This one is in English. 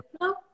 No